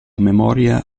memoria